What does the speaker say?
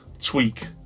tweak